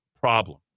problem